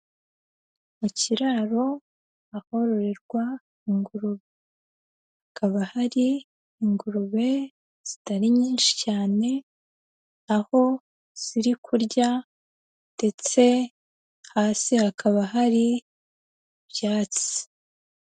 Mu kiraro ahororerwa ingurube. Hakaba hari ingurube zitari nyinshi cyane, aho ziri kurya ndetse hasi hakaba hari ibyatsi.